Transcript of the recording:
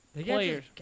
players